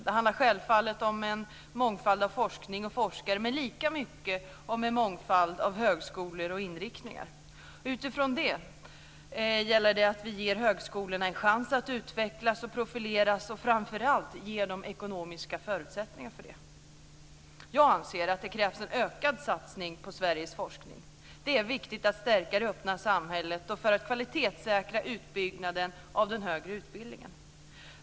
Det handlar självfallet om en mångfald av forskning och forskare men lika mycket om en mångfald av högskolor och inriktningar. Utifrån det gäller det att vi ger högskolorna en chans att utvecklas och profileras och framför allt att vi ger dem ekonomiska förutsättningar för det. Jag anser att det krävs en ökad satsning på Sveriges forskning. Det är viktigt för att stärka det öppna samhället och för att kvalitetssäkra utbyggnaden av den högre utbildningen.